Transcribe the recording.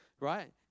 Right